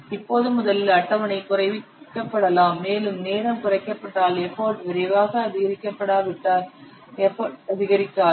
இப்போது முதலில் அட்டவணை குறைக்கப்படலாம் மேலும் நேரம் குறைக்கப்பட்டால் எஃபர்ட் விரைவாக அதிகரிக்கப்படாவிட்டால் எஃபர்ட் அதிகரிக்காது